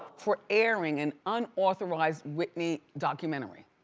for airing an unauthorized whitney documentary.